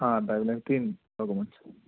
ہاں تین ڈاکومنٹس